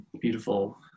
beautiful